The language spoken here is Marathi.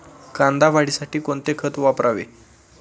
कांदा वाढीसाठी कोणते खत वापरावे?